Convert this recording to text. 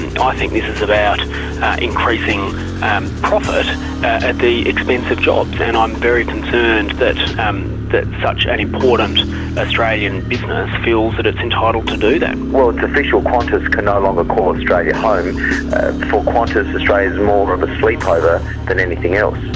and ah i think this is about increasing and profit at the expense of jobs, and i'm very concerned that um that such an important australian business feels that it's entitled to do that. well, it's official, qantas can no longer call australia home. for qantas, australia's more of a sleepover than anything else.